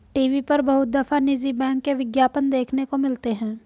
TV पर बहुत दफा निजी बैंक के विज्ञापन देखने को मिलते हैं